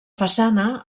façana